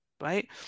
right